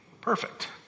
perfect